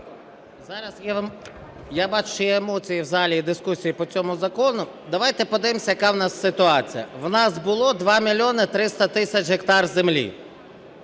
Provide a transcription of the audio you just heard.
Я бачу, що є емоції в залі і дискусії по цьому закону. Давайте подивимося, яка в нас ситуація. У нас було 2 мільйони 300 тисяч гектарів землі